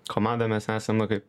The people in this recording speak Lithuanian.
komanda mes esame kaip